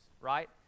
right